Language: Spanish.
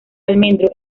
almendro